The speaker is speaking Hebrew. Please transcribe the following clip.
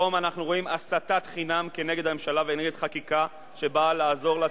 פה אנחנו רואים הסתת חינם נגד הממשלה ונגד חקיקה שבאה לעזור לציבור,